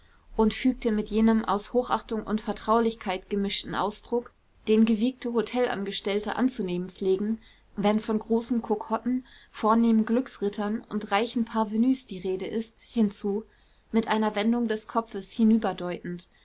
und fügte mit jenem aus hochachtung und vertraulichkeit gemischten ausdruck den gewiegte hotelangestellte anzunehmen pflegen wenn von großen kokotten vornehmen glücksrittern und reichen parvenüs die rede ist hinzu mit einer wendung des kopfes